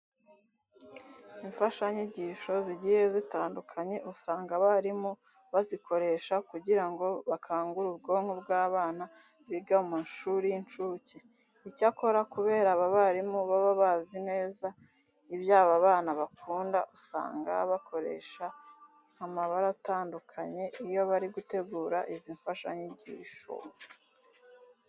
Imfashanyigisho zigiye zitandukanye usanga abarimu bazikoresha kugira ngo bakangure ubwonko bw'abana biga mu mashuri y'incuke. Icyakora kubera aba barimu baba bazi neza ibyo aba bana bakunda, usanga bakoresha amabara atandukanye iyo bari gutegura izi mfashanyigisho.